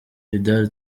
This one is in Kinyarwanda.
vidal